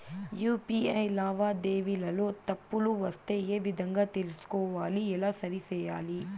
UPI లావాదేవీలలో తప్పులు వస్తే ఏ విధంగా తెలుసుకోవాలి? ఎలా సరిసేయాలి?